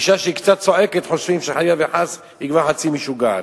אשה שהיא קצת צועקת חושבים שחלילה וחס היא כבר חצי משוגעת.